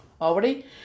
already